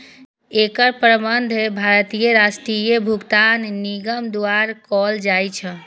एकर प्रबंधन भारतीय राष्ट्रीय भुगतान निगम द्वारा कैल जाइ छै